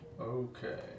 Okay